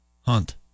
Hunt